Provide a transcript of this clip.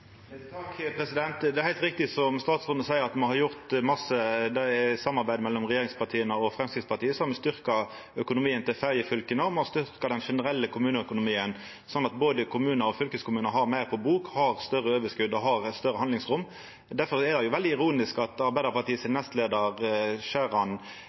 det er aktuelt. Helge André Njåstad – til oppfølgingsspørsmål. Det er heilt riktig som statsråden seier, at me har gjort masse. Det er samarbeidet mellom regjeringspartia og Framstegspartiet som styrkte økonomien til ferjefylka, og ein har styrka den generelle kommuneøkonomien, sånn at både kommunar og fylkeskommunar har meir på bok, har større overskot og har eit større handlingsrom. Difor er det veldig ironisk at